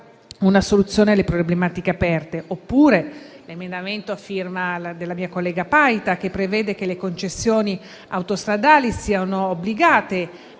una soluzione alle problematiche aperte. Cito l'emendamento a firma della mia collega Paita, che prevede che le concessionarie autostradali siano obbligate